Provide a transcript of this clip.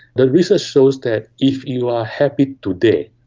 the research shows that if you are happy today,